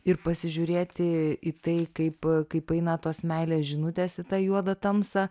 ir pasižiūrėti į tai kaip kaip eina tos meilės žinutės į tą juodą tamsą